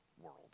world